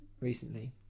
recently